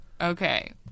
Okay